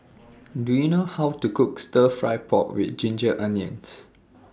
Do YOU know How to Cook Stir Fry Pork with Ginger Onions